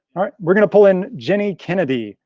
all right, we're going to pull in genny kennedy.